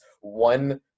one